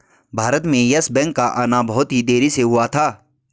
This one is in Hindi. भारत में येस बैंक का आना बहुत ही देरी से हुआ था